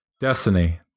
Destiny